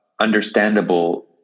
understandable